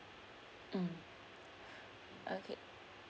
mm okay